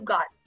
God